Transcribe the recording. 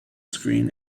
screen